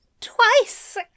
twice